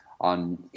on